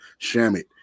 Shamit